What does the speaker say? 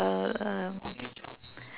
um